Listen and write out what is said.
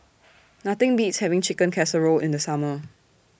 Nothing Beats having Chicken Casserole in The Summer